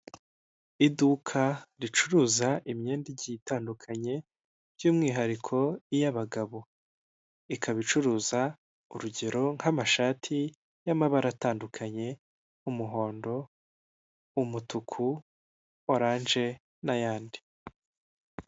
Mu muhanda rwagati mu masaha y'ijoro aha hino kuri iki gice kigendedwaho n'abanyamaguru hari ububiko bwagenewe kubikamo cyangwa kujugunywamo imyanda ikoreshwa n'abakoresha umuhanda harimo ibinyabiziga biri kugendera mu muhanda bibisikana by'umwihariko imodoka inini n'intoya ndetse n'abanyamaguru bari gukoresha umuhanda.